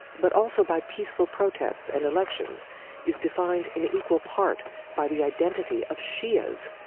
but also by peaceful protest and elections is defined in equal part by the identity of shias,